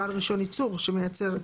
בעל רישיון ייצור, שהוא מייצר.